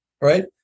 right